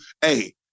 hey